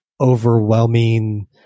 overwhelming